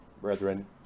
brethren